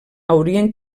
haurien